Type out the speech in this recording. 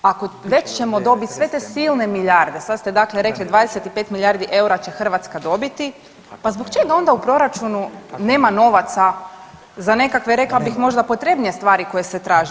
Ako već ćemo dobit sve te silne milijarde, sad ste dakle rekli 25 milijardi eura će Hrvatska dobiti, pa zbog čega onda u Proračunu nema novaca za nekakve, rekla bih možda, potrebnije stvari koje se traži.